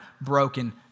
broken